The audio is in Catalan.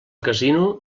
casino